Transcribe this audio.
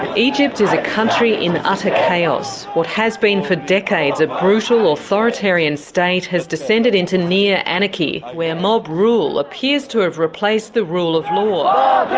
egypt is a country in utter chaos. what has been for decades a brutal authoritarian state has descended into mere ah anarchy where mob rule appears to have replaced the rule of law.